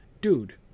dude